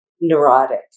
neurotic